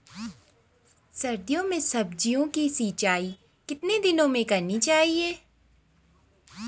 सर्दियों में सब्जियों की सिंचाई कितने दिनों में करनी चाहिए?